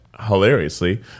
Hilariously